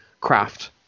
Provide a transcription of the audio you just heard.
craft